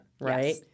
right